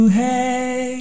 hey